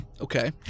Okay